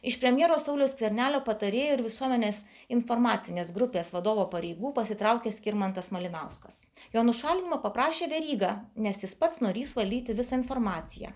iš premjero sauliaus skvernelio patarėjo ir visuomenės informacinės grupės vadovo pareigų pasitraukė skirmantas malinauskas jo nušalinimo paprašė veryga nes jis pats norįs valdyti visą informaciją